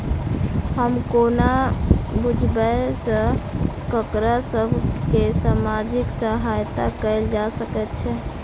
हम कोना बुझबै सँ ककरा सभ केँ सामाजिक सहायता कैल जा सकैत छै?